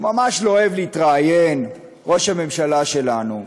הוא ממש לא אוהב להתראיין, ראש הממשלה שלנו.